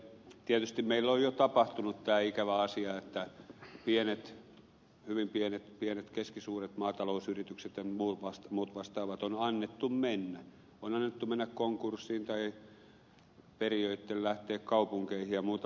tietysti meillä on jo tapahtunut tämä ikävä asia että pienten hyvin pienten keskisuurten maatalousyritysten ja muiden vastaavien on annettu mennä konkurssiin tai perijöitten lähteä kaupunkeihin ja muuta vastaavaa